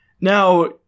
Now